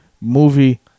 movie